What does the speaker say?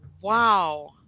wow